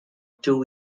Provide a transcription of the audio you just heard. two